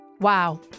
Wow